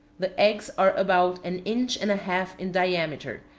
the eggs are about an inch and a half in diameter,